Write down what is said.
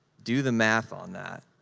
do the math on that.